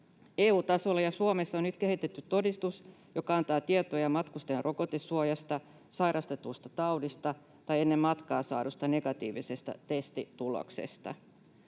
EU-tasolla ja Suomessa on nyt kehitetty todistus, joka antaa tietoa matkustajan rokotesuojasta, sairastetusta taudista tai ennen matkaa saadusta negatiivisesta testituloksesta.